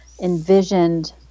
envisioned